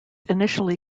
initially